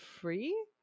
free